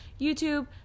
YouTube –